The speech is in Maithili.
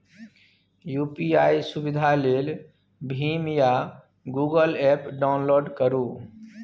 यु.पी.आइ सुविधा लेल भीम या गुगल एप्प डाउनलोड करु